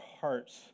hearts